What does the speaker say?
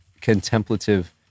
contemplative